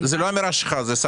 זה נאמר בקולכם.